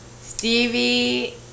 Stevie